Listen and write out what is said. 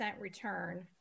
return